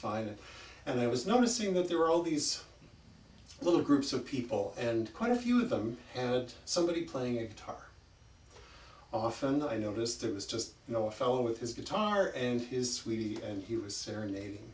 fine and i was noticing that there were all these little groups of people and quite a few of them had somebody playing a guitar often i noticed it was just you know a fellow with his guitar and his sweetie and he was serenade